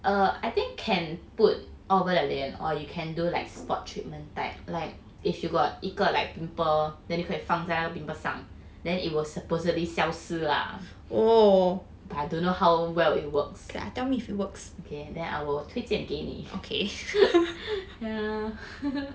err I think can put all over 脸 or you can do like spot treatment type like if you got 一个 like pimple then you 可以放在 pimple 上 then it will supposedly 消失 lah but I don't know how well it works okay then I will 推荐给你 yeah